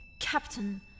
Captain